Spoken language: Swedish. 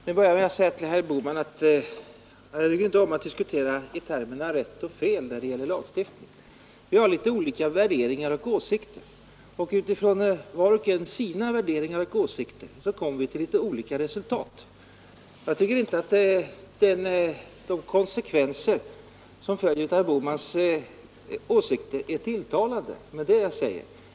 Herr talman! Till att börja med vill jag säga till herr Bohman att jag inte tycker om att diskutera i termerna rätt och fel när det gäller lagstiftning. Vi har något olika värderingar och åsikter, och vi kommer från våra olika utgångspunkter fram till något skilda resultat. Jag tycker inte att de konsekvenser som följer av herr Bohmans åsikter är tilltalande, och det är det jag säger.